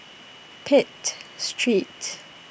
Pitt Streets